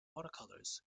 watercolours